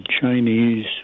Chinese